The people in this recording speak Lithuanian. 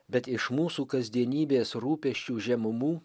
bet iš mūsų kasdienybės rūpesčių žemumų